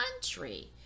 country